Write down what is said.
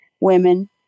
Women